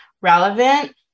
relevant